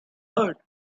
earth